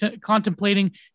contemplating